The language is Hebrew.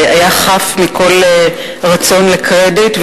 היה חף מכל רצון לקרדיט,